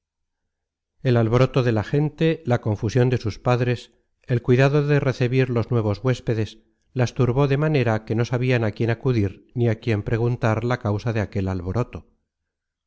el alboroto de la gente la confusion de sus padres el cuidado de recebir los nuevos huéspedes las turbó de manera que no sabian á quién acudir ni á quién preguntar la causa de aquel alboroto